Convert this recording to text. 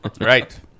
Right